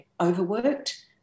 overworked